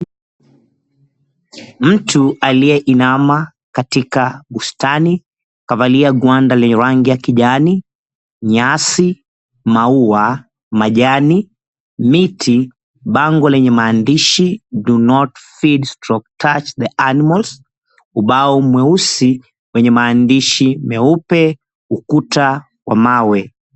Mtu aliyeinama katika bustani, kavalia gwanda lenye rangi ya kijani. Nyasi, maua, majani, miti, bango lenye maandishi, "Do not feed/touch the animals." Ubao mweusi wenye maandishi meupe, ukuta wa mawe.